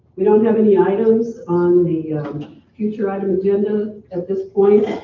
we don't have any items on the future item agenda at this point,